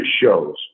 shows